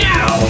Now